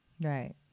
Right